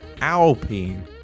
Alpine